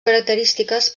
característiques